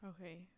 Okay